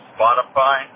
Spotify